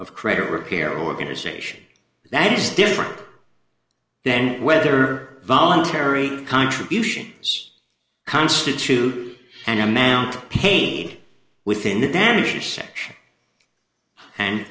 of credit repair organization that is different then whether voluntary contributions constitute an amount paid within the damage